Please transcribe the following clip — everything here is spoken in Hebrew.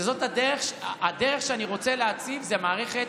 הדרך שאני רוצה להציב זו מערכת